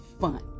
fun